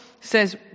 says